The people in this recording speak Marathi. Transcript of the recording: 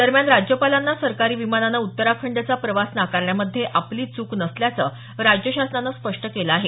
दरम्यान राज्यपालांना सरकारी विमानानं उत्तराखंडचा प्रवास नाकारण्यामध्ये आपली चूक नसल्याचं राज्य शासनानं स्पष्ट केलं आहे